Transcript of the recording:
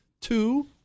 two